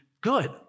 Good